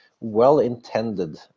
well-intended